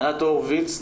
ענת הורוביץ,